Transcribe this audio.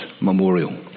Memorial